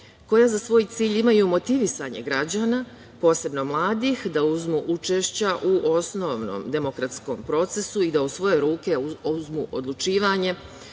koja za svoj cilj imaju motivisanje građana, posebno mladih, da uzmu učešća u osnovnom demokratskom procesu i da u svoje ruke uzmu odlučivanje